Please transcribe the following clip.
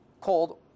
cold